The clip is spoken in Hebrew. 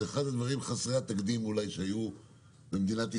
זה אחד הדברים חסרי התקדים אולי שהיו במדינת ישראל,